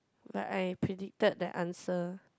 like I predicted that answer